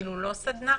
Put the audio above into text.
לא סדנה?